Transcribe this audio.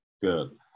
Good